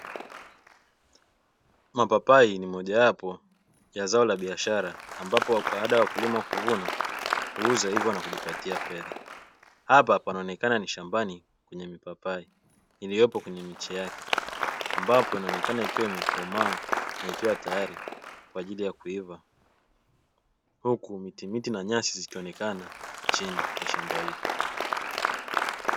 Mapapai ni mojawapo ya zao la biashara ambapo kwa kawaida ya wakulima kuvuna, huuza na hivyo kujipatia fedha; hapa panaonekana ni shambani kwenye mipapai iliyopo kwenye miche yake ambapo inaonekana ikiwa imekomaa na ikiwa tayali kwa ajili ya kuiva huku mitimiti na nyasi zikionekana chini ya shamba hili.